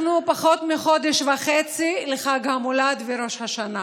אנחנו פחות מחודש וחצי מחג המולד וראש השנה.